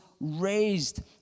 raised